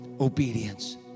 obedience